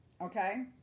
Okay